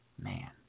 man